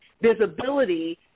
visibility